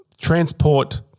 Transport